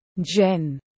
Jen